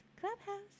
clubhouse